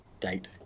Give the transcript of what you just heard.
date